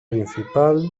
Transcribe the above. principal